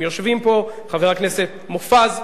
והם יושבים פה: חבר הכנסת מופז,